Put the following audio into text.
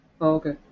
Okay